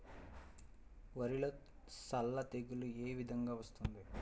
వరిలో సల్ల తెగులు ఏ విధంగా వస్తుంది?